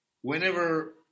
Whenever